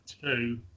two